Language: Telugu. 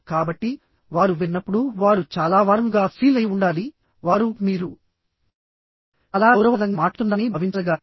కాబట్టి వారు విన్నప్పుడు వారు చాలా వార్మ్ గా ఫీల్ఐ ఉండాలివారు మీరు చాలా గౌరవప్రదంగా మాట్లాతున్నారని భావించగలగాలి